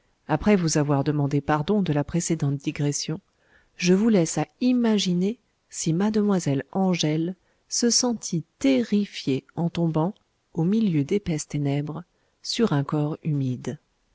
après vous avoir demandé pardon de la précédente digression je vous laisse à imaginer si mademoiselle angèle se sentit terrifiée en tombant au milieu d'épaisses ténèbres sur un corps humide